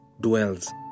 dwells